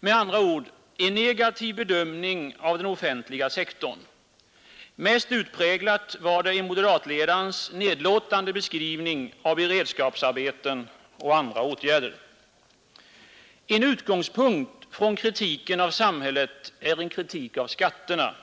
Med andra ord: en negativ bedömning av den offentliga sektorn. Mest utpräglat var detta i moderatledarens nedlåtande beskrivning av beredskapsarbeten och andra åtgärder. En utgångspunkt för kritiken av samhället är en kritik av skatterna.